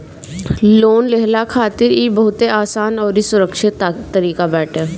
loan लेहला खातिर इ बहुते आसान अउरी सुरक्षित तरीका बाटे